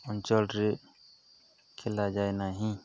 ଅଞ୍ଚଳରେ ଖେଲାଯାଏ ନାହିଁ